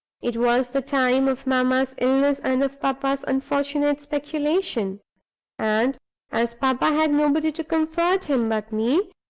it was the time of mamma's illness and of papa's unfortunate speculation and as papa had nobody to comfort him but me,